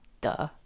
duh